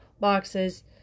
boxes